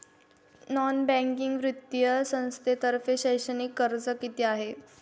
Non banking वित्तीय संस्थांतर्फे शैक्षणिक कर्ज किती आहे?